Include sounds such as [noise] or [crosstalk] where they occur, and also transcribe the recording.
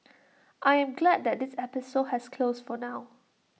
[noise] I am glad that this episode has closed for now